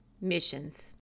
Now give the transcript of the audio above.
Missions